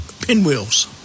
pinwheels